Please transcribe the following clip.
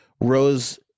rose